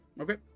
Okay